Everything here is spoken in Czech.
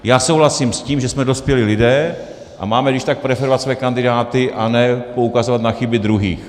Já souhlasím s tím, že jsme dospělí lidé a máme když tak preferovat své kandidáty, a ne poukazovat na chyby druhých.